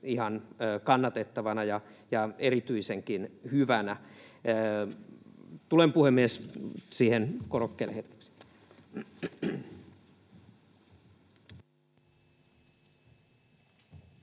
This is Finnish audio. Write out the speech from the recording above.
ihan kannatettavana ja erityisenkin hyvänä. — Tulen, puhemies, siihen korokkeelle hetkeksi.